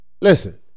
Listen